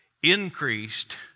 Increased